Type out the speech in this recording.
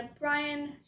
Brian